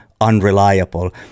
unreliable